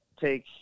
take